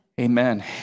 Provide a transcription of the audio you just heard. Amen